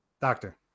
Doctor